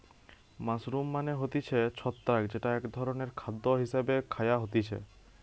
mushroom মানে হতিছে ছত্রাক যেটা এক ধরণের খাদ্য হিসেবে খায়া হতিছে